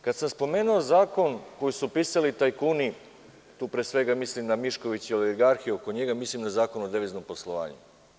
Kada sam spomenuo zakon koji su pisali tajkuni, tu pre sve svega mislim na Miškovićevu oligarhiju, a tu mislim na Zakon o deviznom poslovanju.